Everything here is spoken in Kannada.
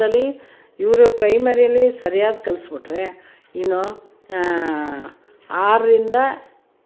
ಅಂಥದ್ದಲ್ಲಿ ಇವರು ಪ್ರೈಮರಿಲಿ ಸರಿಯಾಗಿ ಕಲಿಸ್ಕೊಟ್ರೆ ಇನ್ನು ಆರರಿಂದ